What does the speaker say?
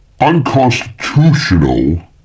unconstitutional